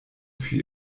für